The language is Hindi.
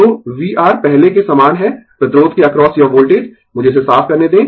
तो vR पहले के समान है प्रतिरोध के अक्रॉस यह वोल्टेज मुझे इसे साफ करने दें